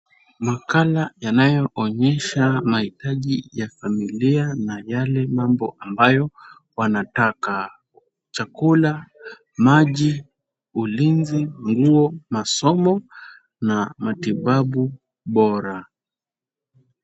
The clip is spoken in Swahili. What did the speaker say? Makala yanaonyesha mahitaji ya familia na yale mambo wanataka; chakula, maji, ulinzi, nguo, masomo na matibabu bora.